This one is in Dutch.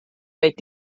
weet